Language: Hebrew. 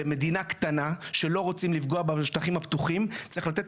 במדינה קטנה שלא רוצים לפגוע בשטחים הפתוחים צריך לתת